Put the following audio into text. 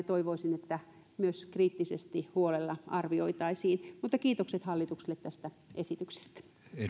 toivoisin että ne myös kriittisesti huolella arvioitaisiin kiitokset hallitukselle tästä esityksestä